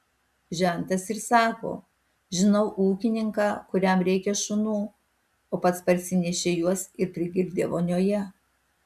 žentas ir sako žinau ūkininką kuriam reikia šunų o pats parsinešė juos ir prigirdė vonioje